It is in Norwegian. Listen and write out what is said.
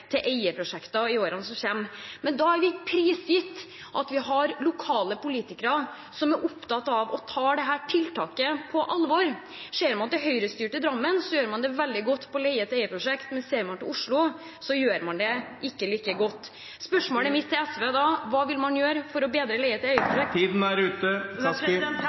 på leie-til-eie-prosjekter i årene som kommer. Men da er vi prisgitt at vi har lokale politikere som er opptatt av å ta dette tiltaket på alvor. Ser man til Høyre-styrte Drammen, gjør man det veldig godt der når det gjelder leie-til-eie-prosjekter, men ser man til Oslo, gjør man det ikke like godt der. Spørsmålet mitt til SV er da: Hva vil man gjøre for å bedre leie-til-eie-prosjekter? Tiden er ute.